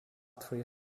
three